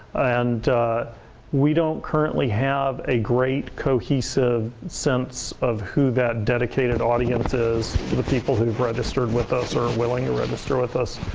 and we don't currently have a great cohesive sense of who that dedicated audience is, the people who've registered with us or are wililng to register with us.